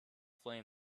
flame